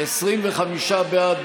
25 בעד,